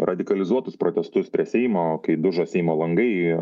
radikalizuotus protestus prie seimo kai dužo seimo langai